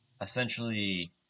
Essentially